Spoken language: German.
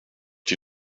die